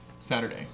Saturday